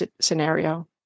scenario